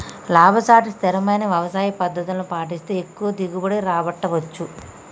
లాభసాటి స్థిరమైన వ్యవసాయ పద్దతులను పాటిస్తే ఎక్కువ దిగుబడి రాబట్టవచ్చు